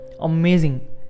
Amazing